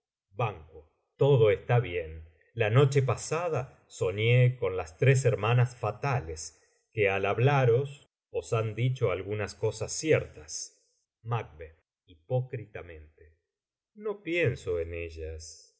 ban todo está bien la noche pasada soñé con las tres hermanas fatales que al hablaros os han dicho algunas cosas ciertas macb hipócritamente no pieuso eu ellas